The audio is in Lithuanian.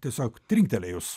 tiesiog trinktelėjus